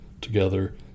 together